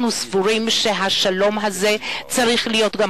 אנחנו סבורים שהשלום הזה צריך להיות גם